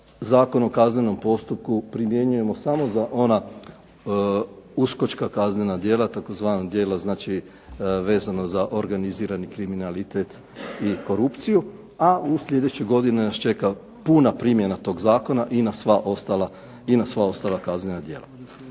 Zakon o kaznenom postupku primjenjujemo samo za ona uskočka kaznena djela, tzv. djela znači vezano za organizirani kriminalitet i korupciju, a u sljedećoj godini nas čeka puna primjena tog zakona i na sva ostala kaznena djela.